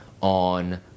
on